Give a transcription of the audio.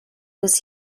was